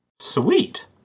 Sweet